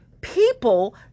people